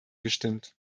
gestimmt